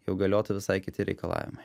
jau galiotų visai kiti reikalavimai